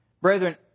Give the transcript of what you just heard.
Brethren